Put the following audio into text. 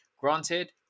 Granted